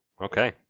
okay